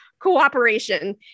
cooperation